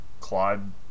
Claude